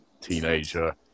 teenager